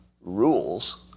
rules